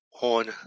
on